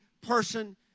person